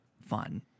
fun